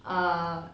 ah